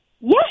Yes